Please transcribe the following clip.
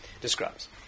describes